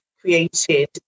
created